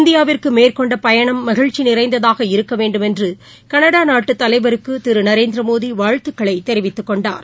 இந்தியாவிற்கு மேற்கொண்ட பயணம் மகிழ்ச்சி நிறைந்ததாக இருக்க வேண்டுமென்று கனடா நாட்டு தலைவருக்கு திரு நரேந்திரமோடி வாழ்த்துக்களைத் தெரிவித்துக் கொண்டார்